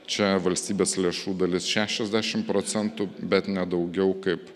čia valstybės lėšų dalis šešiasdešim procentų bet ne daugiau kaip